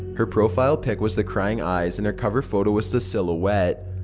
her profile pic was the crying eyes and her cover photo was the silhouette.